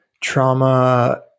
trauma